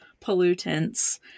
pollutants